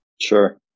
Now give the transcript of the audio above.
sure